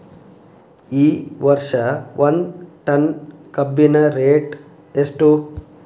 ಈ ವರ್ಷ ಒಂದ್ ಟನ್ ಕಬ್ಬಿನ ರೇಟ್ ಎಷ್ಟು?